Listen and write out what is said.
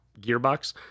gearbox